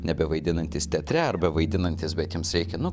nebevaidinantys teatre arba vaidinantys bet jiems reikia nu